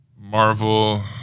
Marvel